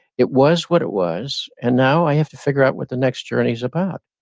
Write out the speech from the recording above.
it was what it was, and now, i have to figure out what the next journey is about.